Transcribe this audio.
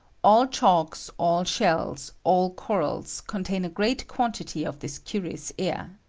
all chalks, all shells, all corals, contain a great quantity of this curious air.